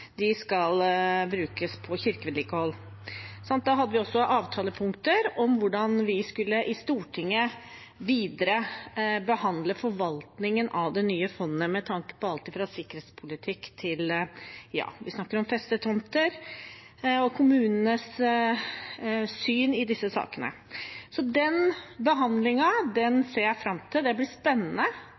skal brukes på kirkevedlikehold. Da hadde vi også avtalepunkter om hvordan vi i Stortinget videre skal behandle forvaltningen av det nye fondet med tanke på alt fra sikkerhetspolitikk til festetomter og kommunenes syn i disse sakene. Den behandlingen ser jeg fram til. Det blir spennende.